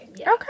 Okay